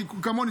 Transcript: כמוני,